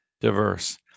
diverse